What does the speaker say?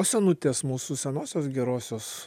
o senutės mūsų senosios gerosios